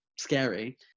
scary